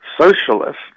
socialist